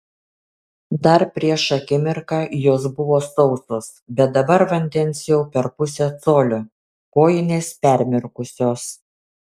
dar prieš akimirką jos buvo sausos bet dabar vandens jau per pusę colio kojinės permirkusios